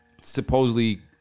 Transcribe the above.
supposedly